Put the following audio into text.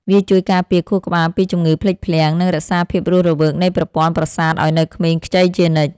វាជួយការពារខួរក្បាលពីជំងឺភ្លេចភ្លាំង និងរក្សាភាពរស់រវើកនៃប្រព័ន្ធប្រសាទឱ្យនៅក្មេងខ្ចីជានិច្ច។